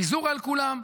פיזור על כולם,